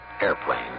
airplane